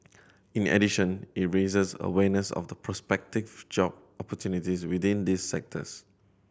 in addition it raises awareness of the prospective job opportunities within these sectors